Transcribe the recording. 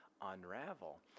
unravel